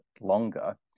longer